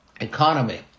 economy